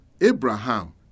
Abraham